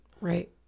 Right